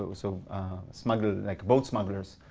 so smuggle, like boat smugglers.